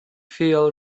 feel